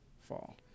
fall